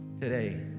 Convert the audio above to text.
today